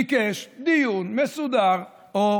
בהוא יקש דיון מסודר או